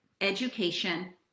education